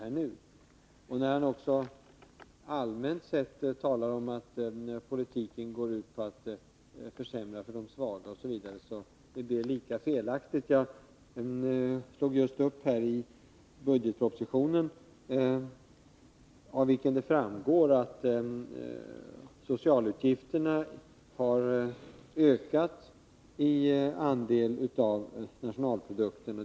Jörn Svenssons allmänna tal om att politiken går ut på att försämra för de svaga osv. är dessutom lika felaktigt. Jag slog just upp i budgetpropositionen där det framgår att socialutgifterna har ökat i andel av nationalprodukten.